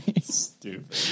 Stupid